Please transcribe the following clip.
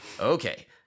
Okay